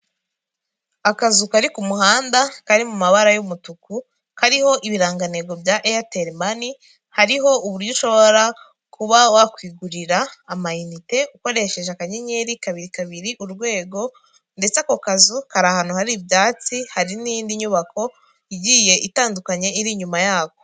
Akazu kari ku muhanda kari mu mabara y'umutuku, kariho ibirangantego bya Eyateri mani, hariho uburyo ushobora kuba wakwigurira amayinite ukoresheje akanyenyeri, kabiri, kabiri, urwego ndetse ako kazu kari ahantu hari ibyatsi, hari n'iyindi nyubako igiye itandukanye iri inyuma yako.